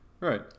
Right